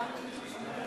וגם לאיציק שמולי.